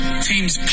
teams